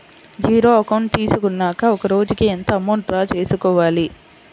Zero account తీసుకున్నాక ఒక రోజుకి ఎంత అమౌంట్ డ్రా చేసుకోవాలి?